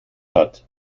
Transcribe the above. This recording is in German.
hat